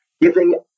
giving